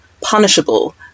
punishable